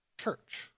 Church